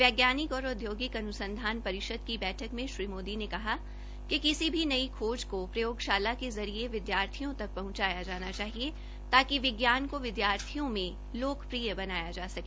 वैज्ञानिक और औद्योगिक अनुसंघान परिषद की बैठक में श्री मोदी ने कहा कि किसी भी नई खोज को प्रयोगशाला के जरिए विद्यार्थियों तक पहुंचाया जाना चाहिए ताकि विज्ञान को विद्यार्थियों में लोकप्रिय बनाया जा सके